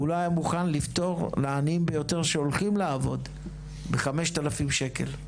והוא לא היה מוכן לפתור לעניים ביותר שהולכים לעבוד ב-5,000 שקלים.